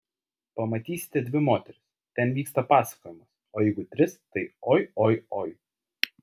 pamatysite dvi moteris ten vyksta pasakojimas o jeigu tris tai oi oi oi